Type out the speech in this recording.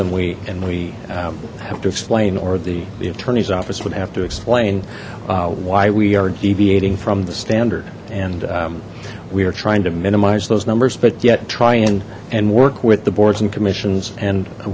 and we and we have to explain or the the attorney's office would have to explain why we are deviating from the standard and we are trying to minimize those numbers but yet trying and work with the boards and commissions and